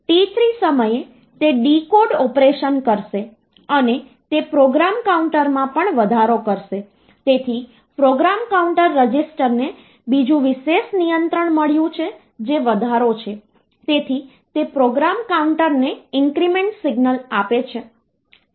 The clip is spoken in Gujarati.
તેથી આ રીતે આપણે તે ચોક્કસ નંબર સિસ્ટમના સ્વરૂપમાં રજૂ થયેલ સંપૂર્ણ અપૂર્ણાંક ભાગ મેળવી શકીએ છીએ